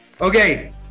okay